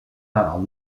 part